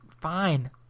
fine